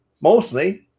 mostly